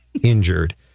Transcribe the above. injured